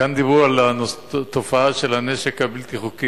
כאן דיברו על התופעה של הנשק הבלתי-חוקי.